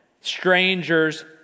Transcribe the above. strangers